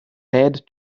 head